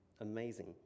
amazing